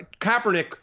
Kaepernick